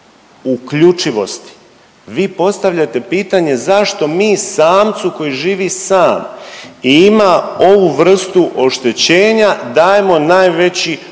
uključivosti. Vi postavljate pitanje zašto mi samcu koji živi sam i ima ovu vrstu oštećenja dajemo najveći